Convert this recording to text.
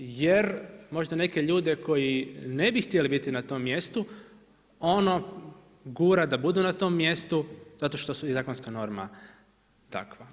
Jer možda neke ljude koji ne bi htjeli biti na tom mjestu ono gura da budu na tom mjestu zato što su i zakonska norma takva.